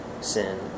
sin